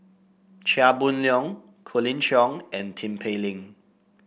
Chia Boon Leong Colin Cheong and Tin Pei Ling